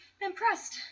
Impressed